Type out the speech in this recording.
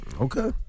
Okay